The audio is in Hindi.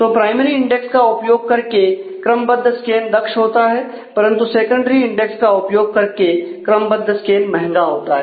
तो प्राइमरी इंडेक्स का उपयोग करके क्रमबद्ध स्केन दक्ष होता है परंतु सेकेंडरी इंडेक्स का उपयोग करके क्रमबद्ध स्केन महंगा होता है